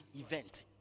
event